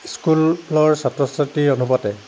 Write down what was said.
স্কুলৰ ছাত্ৰ ছাত্ৰী অনুপাতে